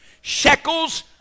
shekels